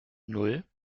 nan